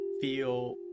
feel